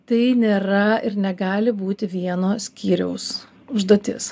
tai nėra ir negali būti vieno skyriaus užduotis